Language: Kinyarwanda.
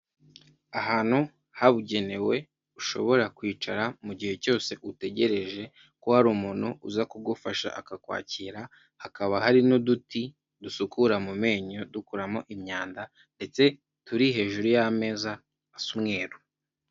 Ahantu habugenewe ushobora kwicara mu gihe cyose utegereje ko hari umuntu uza kugufasha akakwakira, hakaba hari n'uduti dusukura mu menyo dukuramo imyanda ndetse turi hejuru y'ameza asa umweru.